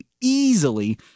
easily